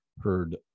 heard